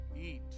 eat